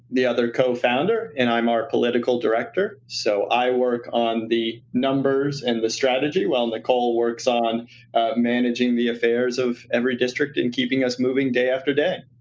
the other co-founder, and i'm our political director, so i work on the numbers and the strategy while nicole works on managing the affairs of everydistrict and keeping us moving day after day.